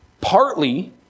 Partly